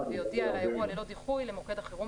ויודיע על האירוע ללא דיחוי למוקד החירום